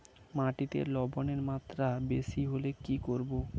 মাটিতে লবণের মাত্রা বেশি হলে কি করব?